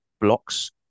blocks